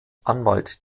anwalt